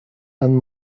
and